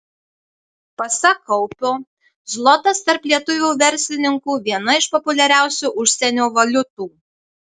pasak kaupio zlotas tarp lietuvių verslininkų viena iš populiariausių užsienio valiutų